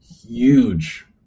huge